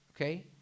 okay